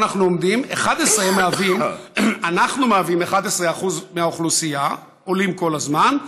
אנחנו מהווים 11% מהאוכלוסייה, עולים כל הזמן,